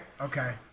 Okay